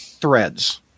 threads